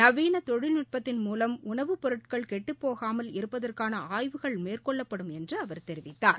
நவீன தொழில் நுட்பத்தின் மூலம் உணவுப்பொருட்கள் கெட்டுப்போகாமல் இருப்பதற்கான ஆய்வுகள் மேற்கொள்ளப்படும் என்று அவர் தெரிவித்தார்